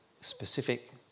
specific